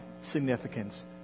significance